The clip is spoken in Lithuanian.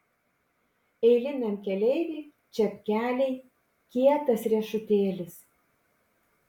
eiliniam keleiviui čepkeliai kietas riešutėlis